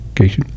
Okay